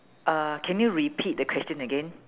uh can you repeat the question again